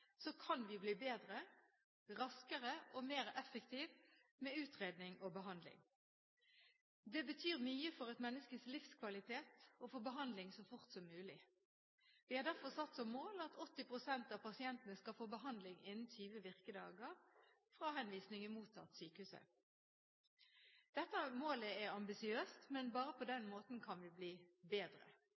kan vi bli bedre, raskere og mer effektive med utredning og behandling. Det betyr mye for et menneskes livskvalitet å få behandling så fort som mulig. Vi har derfor satt som mål at 80 pst. av pasientene skal få behandling innen 20 virkedager, fra henvisning er mottatt av sykehuset. Dette målet er ambisiøst. Men bare på den måten kan vi bli bedre.